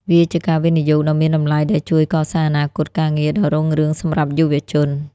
វាជាការវិនិយោគដ៏មានតម្លៃដែលជួយកសាងអនាគតការងារដ៏រុងរឿងសម្រាប់យុវជន។